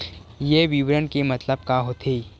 ये विवरण के मतलब का होथे?